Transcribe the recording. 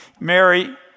Mary